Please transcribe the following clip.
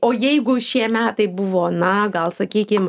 o jeigu šie metai buvo na gal sakykim